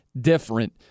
different